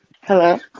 Hello